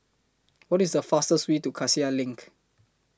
What IS The fastest Way to Cassia LINK